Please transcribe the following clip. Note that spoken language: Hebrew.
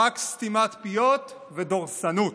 רק סתימת פיות ודורסנות.